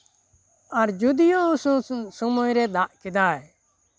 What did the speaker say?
ᱟᱨ ᱡᱳᱫᱤᱭᱳ ᱥᱚᱢᱚᱭᱨᱮ ᱫᱟᱜ ᱠᱮᱫᱟᱭ